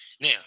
Now